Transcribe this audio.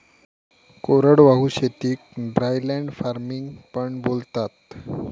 कोरडवाहू शेतीक dryland farming पण बोलतात